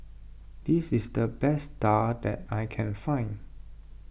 this is the best Daal I can find